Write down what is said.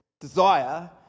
desire